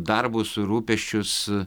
darbus rūpesčius